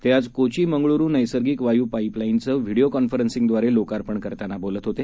ते आज कोची मंगळ्रू नैसर्गिक वाय् पाईपलाईनचं व्हीडीओ कॉन्फरन्सिंगदवारे लोकार्पण करताना बोलत होते